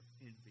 envy